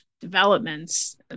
developments